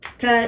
cut